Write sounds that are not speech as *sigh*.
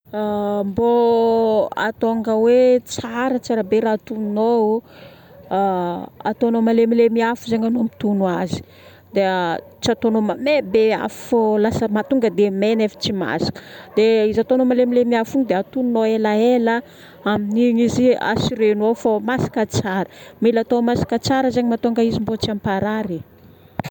*hesitation* Mbô hahatonga hoe tsara, tsara be raha tonònao, ataonao malemilemy afo zegny anao mitono azy. Dia tsy ataonao mave- be afo fô lasa mahatonga dia may nefa tsy masaka. Dia izy ataonao malemilemy afo io dia atononao elaela, amin'igny izy assurenao fa ho masaka tsara. Mila atao masaka tsara zegny mba hahatonga izy mbô tsy hamparary.